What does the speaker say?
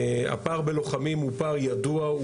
הפער בלוחמים הוא פער ידוע,